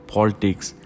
Politics